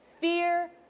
Fear